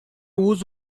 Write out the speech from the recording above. uso